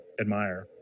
admire